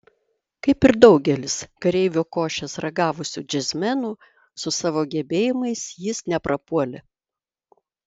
kaip ir daugelis kareivio košės ragavusių džiazmenų su savo gebėjimais jis neprapuolė